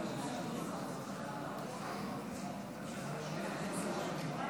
(קורא בשמות חברי הכנסת) משה